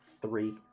three